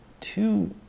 two